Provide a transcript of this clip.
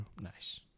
Nice